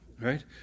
right